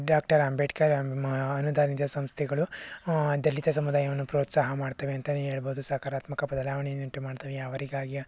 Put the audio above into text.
doctor Ambedkar ಅನುಮ ಅನುದಾನಿತ ಸಂಸ್ಥೆಗಳು ದಲಿತ ಸಮುದಾಯವನ್ನು ಪ್ರೋತ್ಸಾಹ ಮಾಡುತ್ತವೆ ಅಂತನೇ ಹೇಳ್ಬೋದು ಸಕಾರಾತ್ಮಕ ಬದಲಾವಣೆಯನ್ನು ಉಂಟು ಮಾಡುತ್ತವೆ ಅವರಿಗಾಗಿಯೇ